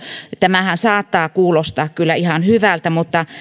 tämähän saattaa kuulostaa kyllä ihan hyvältä mutta